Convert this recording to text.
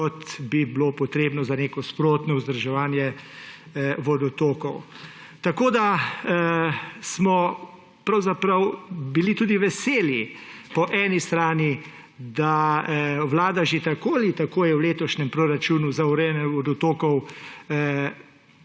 kot bi bilo potrebno za neko sprotno vzdrževanje vodotokov. Tako smo pravzaprav bili tudi veseli po eni strani, da Vlada že tako ali tako je v letošnjem proračunu za urejanje vodotokov